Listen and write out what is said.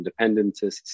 independentists